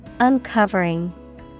Uncovering